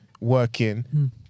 working